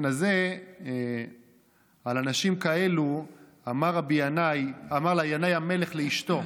על אנשים כאלה אמר ינאי המלך לאשתו: